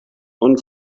und